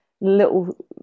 little